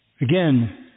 Again